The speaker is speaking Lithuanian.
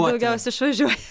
daugiausia išvažiuoja